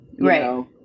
Right